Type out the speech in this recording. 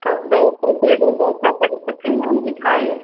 जैसा मैम लिखाई